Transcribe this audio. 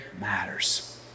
matters